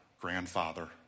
grandfather